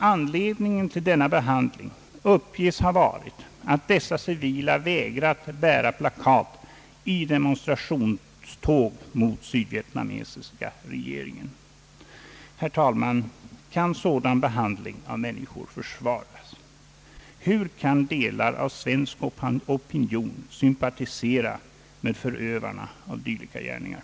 Anledningen till denna behandling uppges ha varit att dessa civila vägrat bära plakat i demonstrationståg mot den sydvietnamesiska regeringen. Herr talman, kan sådan behandling av människor försvaras? Hur kan delar av svensk opinion sympatisera med förövarna av dylika gärningar?